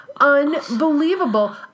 unbelievable